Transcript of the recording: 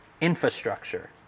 infrastructure